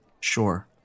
Sure